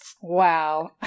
Wow